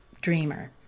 Dreamer